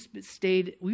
stayed